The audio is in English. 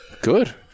Good